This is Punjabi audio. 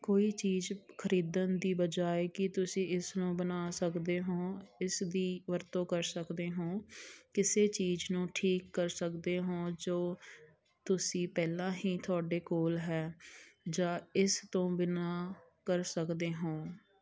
ਕੋਈ ਚੀਜ਼ ਖ਼ਰੀਦਣ ਦੀ ਬਜਾਏ ਕੀ ਤੁਸੀਂ ਇਸ ਨੂੰ ਬਣਾ ਸਕਦੇ ਹੋ ਇਸ ਦੀ ਵਰਤੋਂ ਕਰ ਸਕਦੇ ਹੋ ਕਿਸੇ ਚੀਜ਼ ਨੂੰ ਠੀਕ ਕਰ ਸਕਦੇ ਹੋ ਜੋ ਤੁਸੀਂ ਪਹਿਲਾਂ ਹੀ ਤੁਹਾਡੇ ਕੋਲ ਹੈ ਜਾਂ ਇਸ ਤੋਂ ਬਿਨਾਂ ਕਰ ਸਕਦੇ ਹੋ